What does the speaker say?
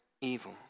evil